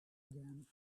again